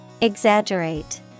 Exaggerate